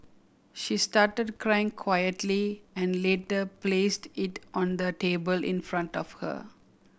she started crying quietly and later placed it on the table in front of her